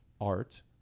art